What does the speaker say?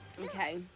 Okay